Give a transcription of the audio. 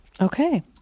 Okay